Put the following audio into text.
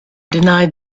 denied